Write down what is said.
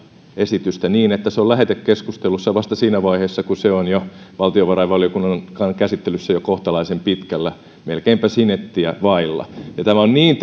esitystä niin että se on lähetekeskustelussa vasta siinä vaiheessa kun se on valtiovarainvaliokunnan käsittelyssä jo kohtalaisen pitkällä melkeinpä sinettiä vailla ja tämä on niin